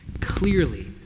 Clearly